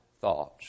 thoughts